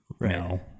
no